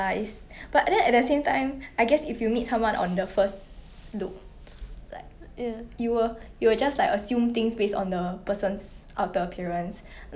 mm mm